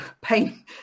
pain